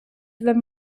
wenn